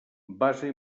base